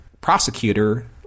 prosecutor